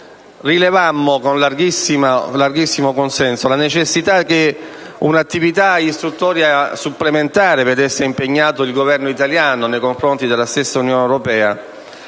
rilevammo, con larghissimo consenso, la necessità che un'attività istruttoria supplementare vedesse impegnato il Governo italiano nei confronti dell'Unione europea